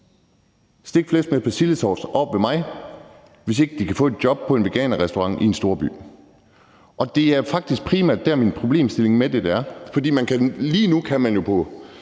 stegt flæsk med persillesovs oppe ved mig, hvis ikke de kan få et job på en veganerrestaurant i en storby. Det er faktisk primært det, min problemstilling med det her er. Lige nu kan man jo på